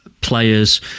players